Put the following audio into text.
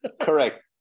Correct